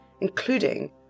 including